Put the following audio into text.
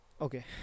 okay